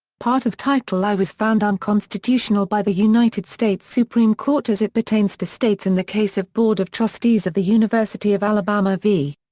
part of title i was found unconstitutional by the united states supreme court as it pertains to states in the case of board of trustees of the university of alabama v.